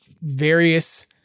various